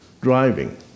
driving